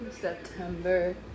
September